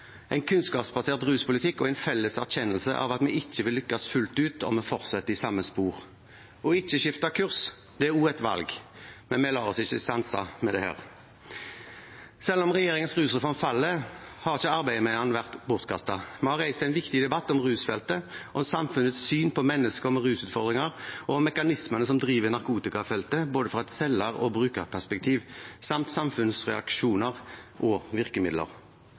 en kunnskapsbasert ruspolitikk og en felles erkjennelse av at vi ikke vil lykkes fullt ut om vi fortsetter i samme spor. Ikke å skifte kurs er også et valg, men vi lar oss ikke stanse med dette. Selv om regjeringens rusreform faller, har ikke arbeidet med den vært bortkastet. Vi har reist en viktig debatt om rusfeltet, om samfunnets syn på mennesker med rusutfordringer og om mekanismene som driver narkotikafeltet, fra både et selger- og brukerperspektiv, samt samfunnets reaksjoner og virkemidler.